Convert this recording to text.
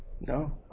No